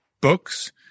books